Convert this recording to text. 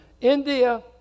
India